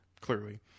Clearly